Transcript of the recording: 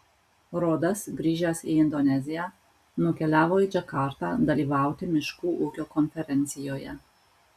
rodas grįžęs į indoneziją nukeliavo į džakartą dalyvauti miškų ūkio konferencijoje